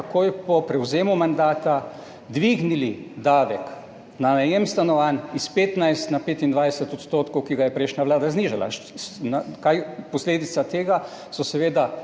takoj po prevzemu mandata dvignili davek na najem stanovanj iz 15 na 25 odstotkov, ki ga je prejšnja vlada znižala. Posledica tega so seveda